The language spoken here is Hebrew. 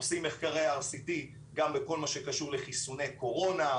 עושים מחקרי RCT גם בכל מה שקשור בחיסוני קורונה,